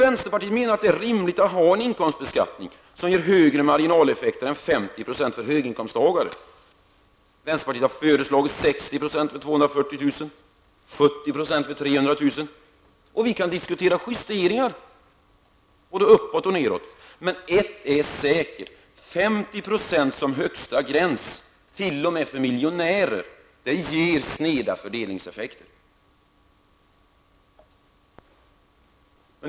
Vänsterpartiet menar att det är rimligt att ha en inkomstbeskattning som ger högre marginaleffekter än 50 % för höginkomsttagare. Vi har föreslagit 60 % vid en inkomst på 240 000 kr. och 40 % vid 300 000 kr. Vi kan diskutera justeringar såväl uppåt som nedåt. Men ett är säkert: 50 % som högsta gräns t.o.m. för miljonärer ger sneda fördelningseffekter.